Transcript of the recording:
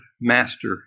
Master